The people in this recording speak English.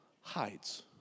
hides